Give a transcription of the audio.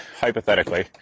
hypothetically